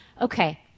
okay